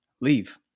leave